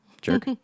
Jerk